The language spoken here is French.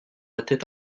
était